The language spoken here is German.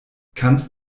kannst